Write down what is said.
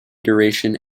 duration